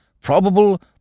probable